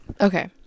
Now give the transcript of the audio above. Okay